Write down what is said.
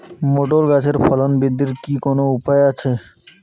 Motor গাছের ফলন বৃদ্ধির কি কোনো উপায় আছে?